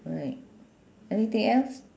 right anything else